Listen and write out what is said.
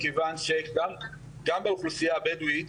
מכיוון שגם באוכלוסייה הבדואית,